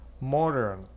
modern